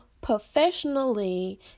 professionally